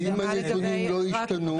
ואם הנתונים לא השתנו?